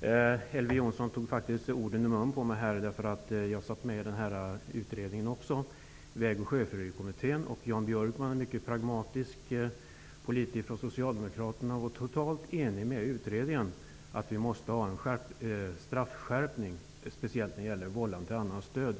Elver Jonsson tog faktiskt orden ur mun på mig. Jag satt också med i Väg och sjöfyllerikommittén. Jan Socialdemokraterna, var totalt enig med utredningen om att vi måste ha en straffskärpning, speciellt när det gäller vållande till annans död.